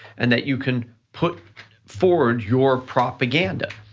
and that you can put forward your propaganda.